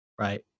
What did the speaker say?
right